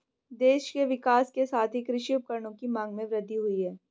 देश के विकास के साथ ही कृषि उपकरणों की मांग में वृद्धि हुयी है